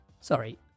Sorry